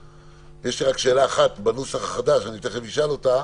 יש לי רק שאלה אחת בנוסח החדש, תכף אשאל אותה.